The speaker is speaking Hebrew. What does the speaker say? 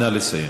נא לסיים.